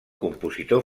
compositor